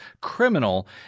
criminal